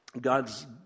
God's